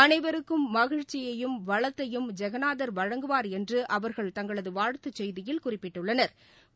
அனைவருக்கும் மகிழ்ச்சியையும் வளத்தையும் ஜெகநாதர் வழங்குவார் என்று அவர்கள் தங்களது வாழ்த்துச் செய்தியில் குறிப்பிட்டுள்ளனா்